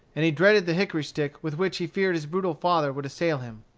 and he dreaded the hickory stick with which he feared his brutal father would assail him.